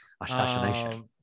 Assassination